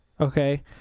Okay